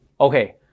Okay